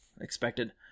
expected